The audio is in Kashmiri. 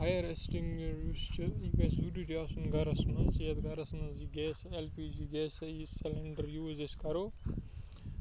فایَر ایسٹِنٛگِس یُس چھُ یہِ گژھِ ضٔروٗری آسُن گَرَس منٛز یَتھ گَرَس منٛز یہِ gas L P G gas یا یہِ سِلینٛڈَر یوٗز أسۍ کرو